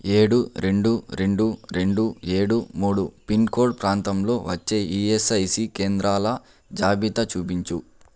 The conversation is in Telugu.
ఏడు రెండు రెండు రెండు ఏడు మూడు పిన్ కోడ్ ప్రాంతంలో వచ్చే ఈఎస్ఐసి కేంద్రాల జాబితా చూపించు